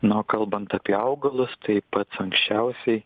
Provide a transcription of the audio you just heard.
nu o kalbant apie augalus taip pat anksčiausiai